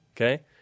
okay